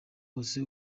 wose